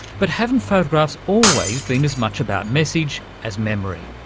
but haven't photographs always been as much about message as memory?